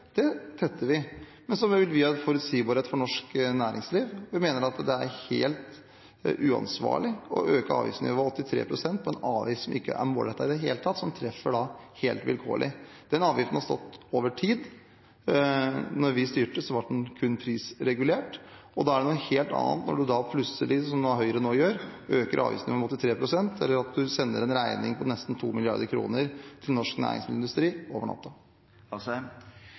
Norge, tetter vi det. Men vi vil ha forutsigbarhet for norsk næringsliv. Vi mener at det er helt uansvarlig å øke avgiftsnivået med 83 pst. med en avgift som ikke er målrettet i det hele tatt, og som treffer helt vilkårlig. Den avgiften har stått over tid. Da vi styrte, ble den kun prisregulert. Det er noe helt annet når en plutselig, som Høyre nå gjør, øker avgiftsnivået med 83 pst., eller at man sender en regning på nesten 2 mrd. kr til norsk næringsmiddelindustri